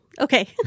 Okay